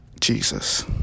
Jesus